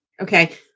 Okay